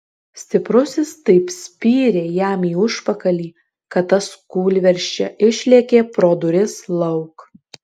stiprusis taip spyrė jam į užpakalį kad tas kūlversčia išlėkė pro duris lauk